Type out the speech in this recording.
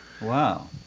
Wow